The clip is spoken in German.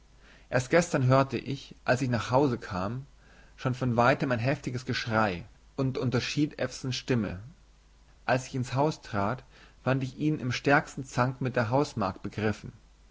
erst gestern hörte ich als ich nach hause kam schon von weitem ein heftiges geschrei und unterschied ewsons stimme als ich ins haus trat fand ich ihn im stärksten zank mit der hausmagd begriffen